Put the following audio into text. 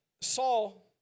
Saul